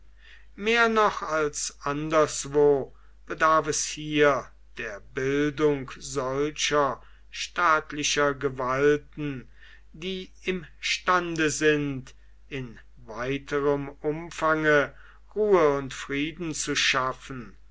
mehr noch als anderswo bedarf es hier der bildung solcher staatlicher gewalten die imstande sind in weiterem umfange ruhe und frieden zu schaffen